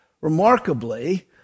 remarkably